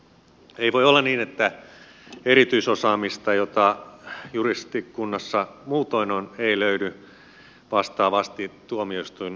ei voi olla niin että erityisosaamista jota juristikunnassa muutoin on ei löydy vastaavasti tuomioistuinlaitoksesta